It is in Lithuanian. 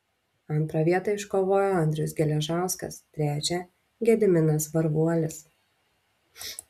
antrą vietą iškovojo andrius geležauskas trečią gediminas varvuolis